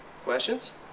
Questions